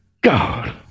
God